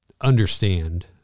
understand